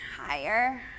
higher